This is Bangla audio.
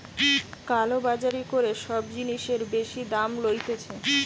কালো বাজারি করে সব জিনিসের বেশি দাম লইতেছে